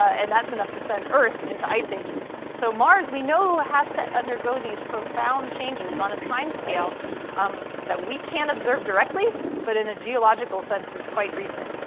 and that's enough to send earth into ice ages. so mars, we know, has to undergo these profound changes on a time scale um that we can't observe directly but in a geological sense is quite recent.